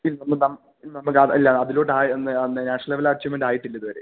ഇല്ല ഇല്ല നമ്മക്ക് അതിലോട്ട് ആയി നാഷണൽ ലെവൽ അച്ചീവ്മെൻറ്റായിട്ടില്ല ഇതുവരെ